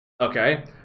Okay